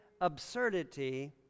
absurdity